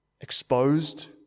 exposed